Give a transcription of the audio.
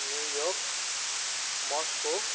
New York Moscow